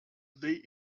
they